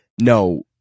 no